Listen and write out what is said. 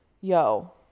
yo